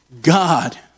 God